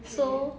so